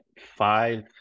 five